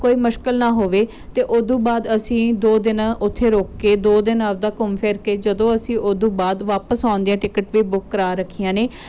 ਕੋਈ ਮੁਸ਼ਕਲ ਨਾ ਹੋਵੇ ਅਤੇ ਉੱਦੂ ਬਾਅਦ ਅਸੀਂ ਦੋ ਦਿਨ ਉੱਥੇ ਰੁਕ ਕੇ ਦੋ ਦਿਨ ਆਪਦਾ ਘੁੰਮ ਫਿਰ ਕੇ ਜਦੋਂ ਅਸੀਂ ਉੱਦੂ ਬਾਅਦ ਵਾਪਸ ਆਉਣ ਦੀਆਂ ਟਿਕਟ ਵੀ ਬੁੱਕ ਕਰਵਾ ਰੱਖੀਆਂ ਨੇ